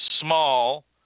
small